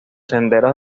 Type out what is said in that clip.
senderos